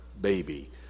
baby